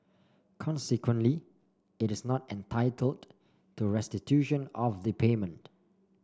consequently it is not entitled to restitution of the payment